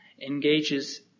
engages